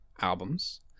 albums